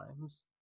times